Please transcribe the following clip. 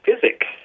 physics